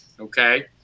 okay